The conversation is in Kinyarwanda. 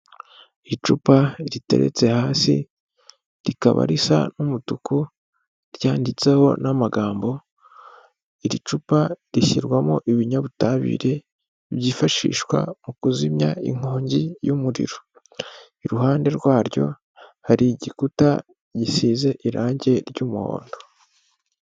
Icupa riteretse hasi, rikaba risa n'umutuku, ryanditseho n'amagambo, iri cupa rishyirwamo ibinyabutabire byifashishwa mu kuzimya inkongi y'umuriro. Iruhande rwaryo hari igikuta gisize irangi ry'umuhondo.